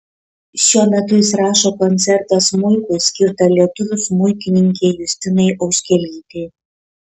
šiuo metu jis rašo koncertą smuikui skirtą lietuvių smuikininkei justinai auškelytei